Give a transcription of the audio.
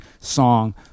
song